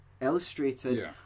illustrated